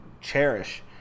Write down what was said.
cherish